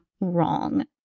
wrong